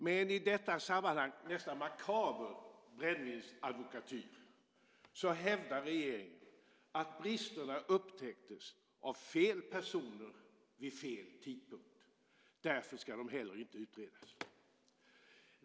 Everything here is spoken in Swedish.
Med en i detta sammanhang nästan makaber brännvinsadvokatyr hävdar regeringen att bristerna upptäcktes av fel personer vid fel tidpunkt. Därför ska de heller inte utredas.